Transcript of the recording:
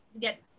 get